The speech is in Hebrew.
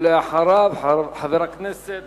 ואחריו, חבר הכנסת